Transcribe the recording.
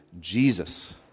Jesus